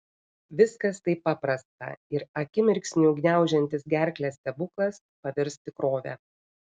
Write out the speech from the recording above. viskas taip paprasta ir akimirksniu gniaužiantis gerklę stebuklas pavirs tikrove